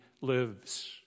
lives